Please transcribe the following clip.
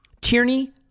Tierney